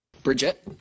Bridget